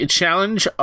challenge